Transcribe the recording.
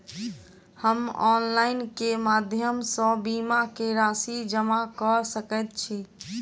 हम ऑनलाइन केँ माध्यम सँ बीमा केँ राशि जमा कऽ सकैत छी?